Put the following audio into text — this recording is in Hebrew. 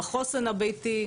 בחוסן הביתי,